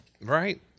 Right